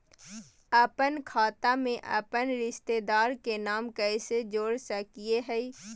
अपन खाता में अपन रिश्तेदार के नाम कैसे जोड़ा सकिए हई?